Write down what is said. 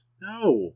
No